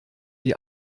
die